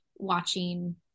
watching